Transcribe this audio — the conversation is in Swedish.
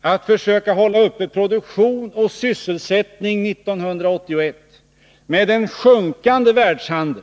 att försöka hålla uppe produktion och sysselsättning 1981 i en tid av sjunkande världshandel.